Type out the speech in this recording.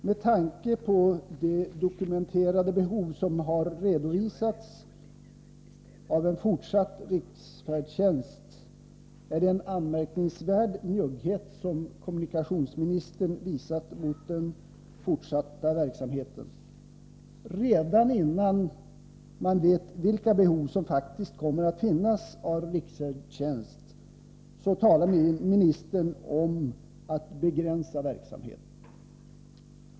Med tanke på det dokumenterade behov som har redovisats av en fortsatt riksfärdtjänst är det en anmärkningsvärd njugghet som kommunikationsministern visat mot den fortsatta verksamheten. Redan innan man vet vilka behov som faktiskt kommer att finnas av riksfärdtjänst talar ministern om att begränsa verksamheten.